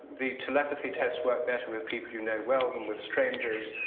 the telepathy test work better with people you know well than with strangers.